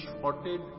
shorted